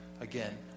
again